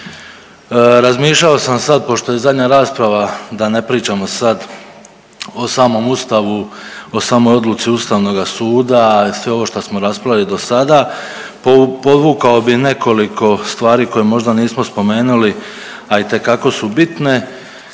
Razmišljao sam sad pošto je zadnja rasprava da ne pričamo sad o samom Ustavu, o samoj odluci Ustavnoga suda, sve ovo što smo raspravili do sada. Podvukao bih nekoliko stvari koje možda nismo spomenuli a itekako su bitne.